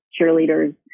cheerleaders